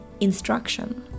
instruction